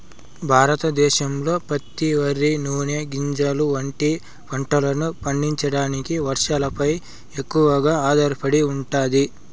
భారతదేశంలో పత్తి, వరి, నూనె గింజలు వంటి పంటలను పండించడానికి వర్షాలపై ఎక్కువగా ఆధారపడి ఉంటాది